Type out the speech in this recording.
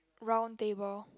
round table